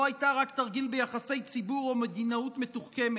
הייתה רק תרגיל ביחסי ציבור ומדינאות מתוחכמת,